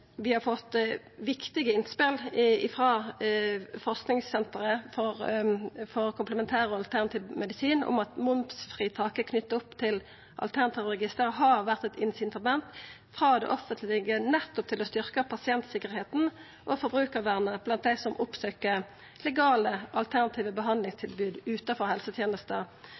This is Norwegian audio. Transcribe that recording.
Vi har fått viktige innspel frå forskingssenteret innan komplementær og alternativ medisin om at momsfritaket knytt opp til alternativregisteret har vore eit incitament frå det offentlege nettopp til å styrkja pasientsikkerheita og forbrukarvernet blant dei som oppsøkjer legale, alternative behandlingstilbod utanfor